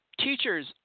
Teachers